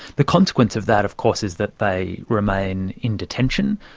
the consequence of that, of course, is that they remain in detention,